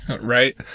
Right